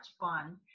fun